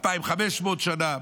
2,500 שנה.